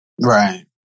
Right